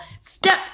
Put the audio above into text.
Step